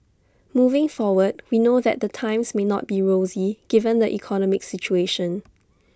moving forward we know that the times may not be rosy given the economic situation